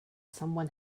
someone